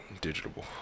Digital